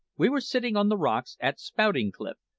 we were sitting on the rocks at spouting cliff,